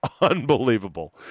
unbelievable